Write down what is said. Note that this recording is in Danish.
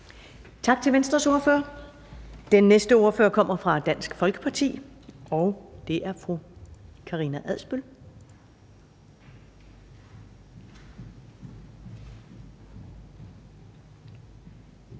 Tak til Venstres ordfører. Den næste ordfører kommer fra Dansk Folkeparti, og det er fru Karina Adsbøl.